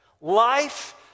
life